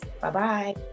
Bye-bye